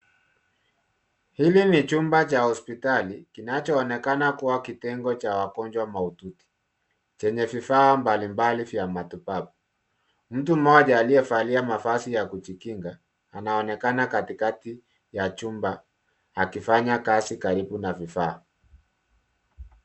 Hili ni chumba cha hospitali kinachoonekana kuwa kitengo cha wagonjwa mahututi chenye vifaa mbalimbali vya matibabu. Mtu mmoja aliyevalia mavazi ya kujikinga anaonekana katikati ya chumba akifanya kazi karibu na vifaa.